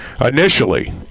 initially